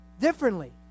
differently